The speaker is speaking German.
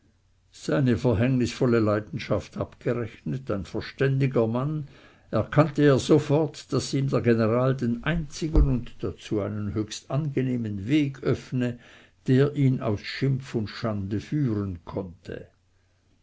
seine verhängnisvolle leidenschaft abgerechnet ein verständiger mann erkannte er sofort daß ihm der general den einzigen und dazu einen höchst angenehmen weg öffne der ihn aus schimpf und schande führen konnte